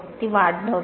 ती वाढ नव्हती